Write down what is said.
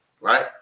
right